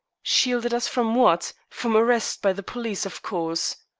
shielded us from what? from arrest by the police, of course.